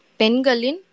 pengalin